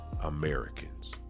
Americans